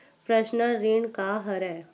Personal ऋण का हरय?